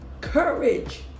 Courage